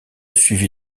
suivi